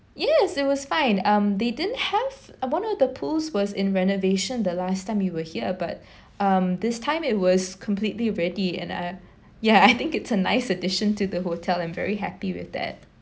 yes it was fine um they didn't have a one of the pools was in renovation the last time we were here but um this time it was completely ready and uh ya I think it's a nice addition to the hotel and very happy with that